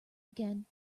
again